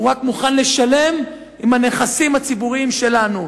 הוא רק מוכן לשלם עם הנכסים הציבוריים שלנו.